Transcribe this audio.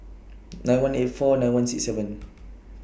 nine one eight four nine one six seven